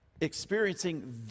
experiencing